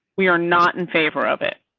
we are not in favor of it